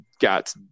got